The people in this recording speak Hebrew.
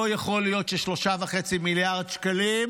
לא יכול להיות ש-3.5 מיליארד שקלים